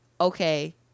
okay